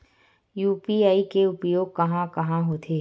UPI के उपयोग कहां कहा होथे?